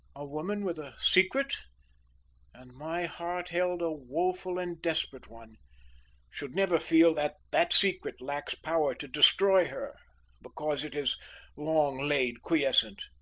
a woman with a secret and my heart held a woful and desperate one should never feel that that secret lacks power to destroy her because it has long lain quiescent.